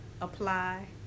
apply